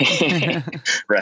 Right